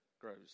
grows